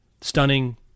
Stunning